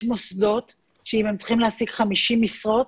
מוסדות שאם הם צריכים להעסיק 50 משרות,